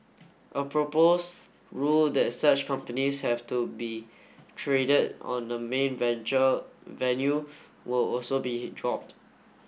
a proposed rule that such companies have to be traded on the main venue will also be dropped